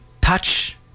touch